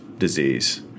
disease